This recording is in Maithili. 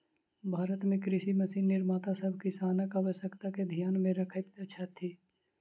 भारत मे कृषि मशीन निर्माता सभ किसानक आवश्यकता के ध्यान मे रखैत छथि